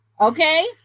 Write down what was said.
okay